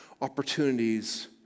opportunities